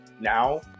now